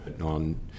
On